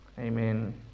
Amen